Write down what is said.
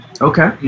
Okay